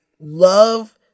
love